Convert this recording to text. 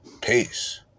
Peace